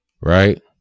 right